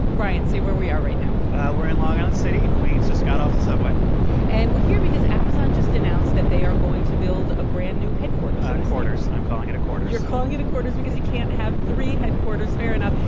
bryant, say where we are right now we're in long island city in queens. just got off the subway and we're here because amazon just announced that they are going to build a brand-new headquarters in the city a quarters. i'm calling it a quarters you're calling it a quarters because you can't have three headquarters. fair enough.